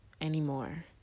anymore